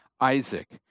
Isaac